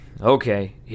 okay